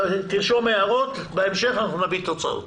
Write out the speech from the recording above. תרשום הערות, בהמשך אנחנו נביא תוצאות.